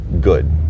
good